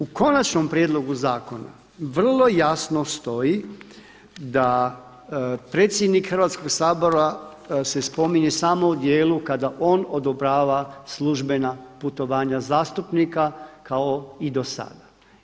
U konačnom prijedlogu zakona vrlo jasno stoji da predsjednik Hrvatskog sabora se spominje samo u djelu kada on odobrava službena putovanja zastupnika kao i do sada.